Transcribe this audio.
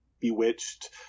bewitched